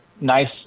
nice